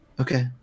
Okay